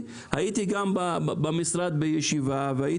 הייתי גם בישיבה במשרד החקלאות ונפגשתי